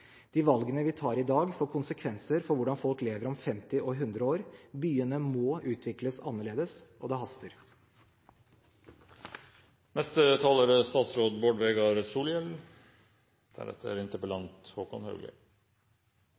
De valgene vi tar i dag, får konsekvenser for hvordan folk lever om 50 og 100 år. Byene må utvikles annerledes – og det haster.